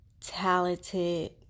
talented